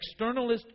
externalist